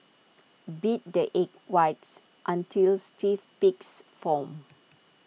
beat the egg whites until stiff peaks form